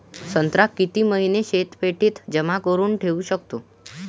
संत्रा किती महिने शीतपेटीत जमा करुन ठेऊ शकतो?